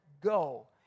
go